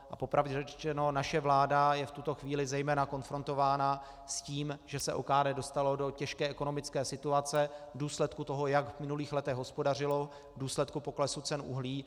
A po pravdě řečeno, naše vláda je v tuto chvíli zejména konfrontována s tím, že se OKD dostalo do těžké ekonomické situace v důsledku toho, jak v minulých letech hospodařilo, v důsledku poklesu cen uhlí.